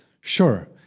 Sure